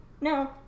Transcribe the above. No